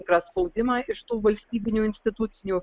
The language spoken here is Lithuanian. tą spaudimą iš tų valstybinių institucijų